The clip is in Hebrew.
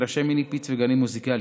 מגרשי מיני פיץ' וגנים מוזיקליים.